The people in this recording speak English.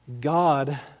God